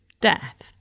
death